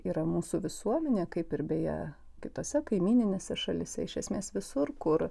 yra mūsų visuomenė kaip ir beje kitose kaimyninėse šalyse iš esmės visur kur